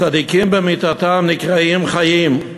צדיקים במיתתם נקראים חיים.